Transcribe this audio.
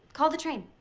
call the train.